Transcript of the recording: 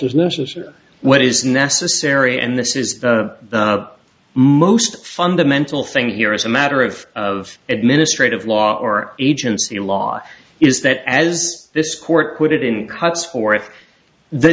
necessary what is necessary and this is the most fundamental thing here is a matter of of administrative law or agency law is that as this court put it in cuts for if the